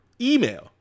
email